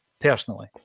personally